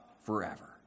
forever